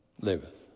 liveth